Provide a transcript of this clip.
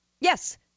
Yes